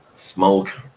Smoke